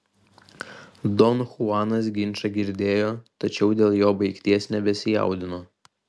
don chuanas ginčą girdėjo tačiau dėl jo baigties nebesijaudino